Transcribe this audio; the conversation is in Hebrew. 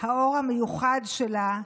האור המיוחד שלה,